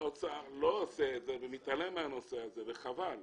האוצר לא עושה את זה ומתעלם מהנושא הזה, וחבל,